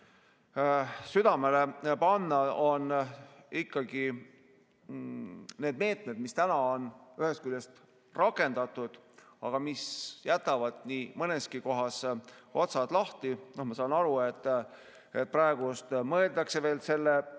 südamele panna ikkagi neid meetmeid, mis on ühest küljest rakendatud, aga mis jätavad nii mõneski kohas otsad lahti. Ma saan aru, et praegu mõeldakse veel selle